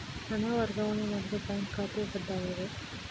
ಹಣ ವರ್ಗಾವಣೆ ಮಾಡಲು ಬ್ಯಾಂಕ್ ಖಾತೆ ಕಡ್ಡಾಯವೇ?